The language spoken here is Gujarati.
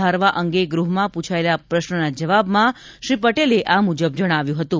વધારવા અંગે ગૃહમાં પૂછાયેલા પ્રશ્નના જવાબમાં શ્રી પટેલે આ મુજબ જણાવ્યું હતું